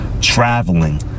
Traveling